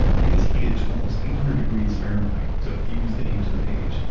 then it gets heated to almost eight hundred degrees fahrenheit to fuse the ink to the page.